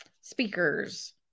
speakers